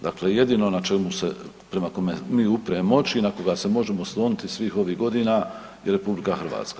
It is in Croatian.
Dakle, jedino na čemu se, prema kome mi upiremo oči i na koga se možemo osloniti svih ovih godina je RH.